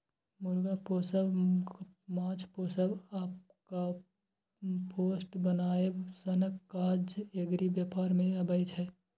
मुर्गा पोसब, माछ पोसब आ कंपोस्ट बनाएब सनक काज एग्री बेपार मे अबै छै